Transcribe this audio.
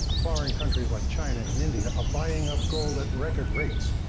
foreign countries like china and india are buying up gold at record rates.